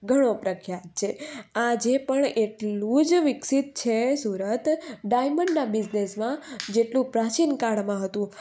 ઘણો પ્રખ્યાત છે આજે પણ એટલું જ વિકસિત છે સુરત ડાયમંડનાં બિઝનેસમાં જેટલું પ્રાચીનકાળમાં હતું